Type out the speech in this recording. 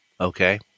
Okay